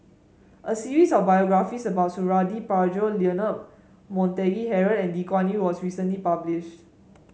a series of biographies about Suradi Parjo Leonard Montague Harrod and Lee Kuan Yew was recently published